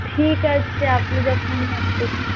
ঠিক আছে আপনি যখন এত